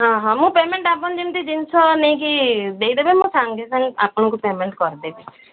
ହଁ ହଁ ମୁଁ ପେମେଣ୍ଟ ଆପଣ ଯେମିତି ଜିନିଷ ନେଇକି ଦେଇଦେବେ ମୁଁ ସାଙ୍ଗେ ସାଙ୍ଗେ ଆପଣଙ୍କୁ ପେମେଣ୍ଟ କରିଦେବି